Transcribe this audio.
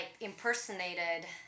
impersonated